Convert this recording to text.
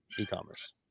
e-commerce